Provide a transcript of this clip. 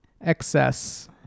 excess